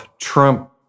Trump